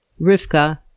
Rivka